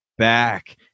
Back